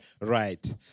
Right